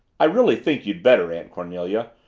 i really think you'd better, aunt cornelia.